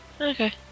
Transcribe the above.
Okay